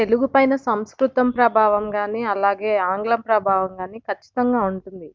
తెలుగు పైన సంస్కృతం ప్రభావం కానీ అలాగే ఆంగ్లం ప్రభావం కానీ ఖచ్చితంగా ఉంటుంది